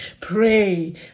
pray